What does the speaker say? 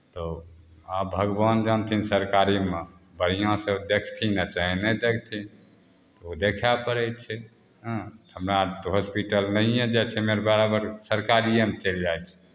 तऽ आब भगवान जानथिन सरकारीमे बढ़िआँसँ देखथिन आ चाहे नहि देखथिन ओ देखय पड़ै छै हँ हमरा तऽ हॉस्पिटल नहिए जाइ छियै बराबर सरकारिएमे चलि जाइ छियै